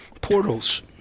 portals